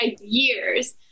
years